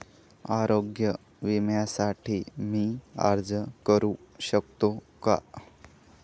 आरोग्य विम्यासाठी मी अर्ज करु शकतो का?